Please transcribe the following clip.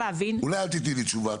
אולי אל תתני לי תשובה.